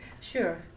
Sure